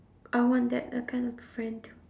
I want that uh kind of friend too